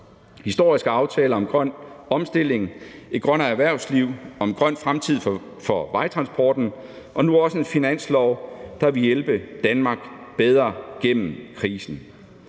historiske aftaler om grøn omstilling, om et grønnere erhvervsliv, om en grøn fremtid for vejtransporten og nu også en finanslov, der vil hjælpe Danmark bedre gennem krisen.